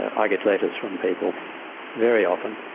i get letters from people very often.